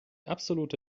absolute